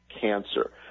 cancer